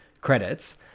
credits